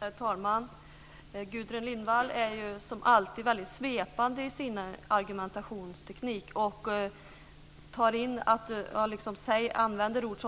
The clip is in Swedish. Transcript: Herr talman! Gudrun Lindvall har som alltid en väldigt svepande argumentationsteknik. Hon säger att